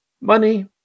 money